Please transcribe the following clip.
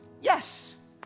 yes